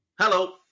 Hello